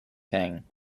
thing